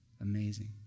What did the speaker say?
Amazing